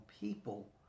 people